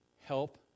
help